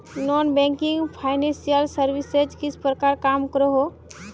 Non banking financial services किस प्रकार काम करोहो?